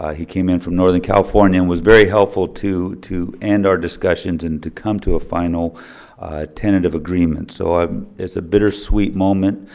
he came in from northern california and was very helpful to to end our discussions and to come to a final tentative agreement. so um it's a bittersweet moment.